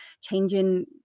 changing